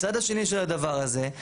הצד השני של הדבר הזה,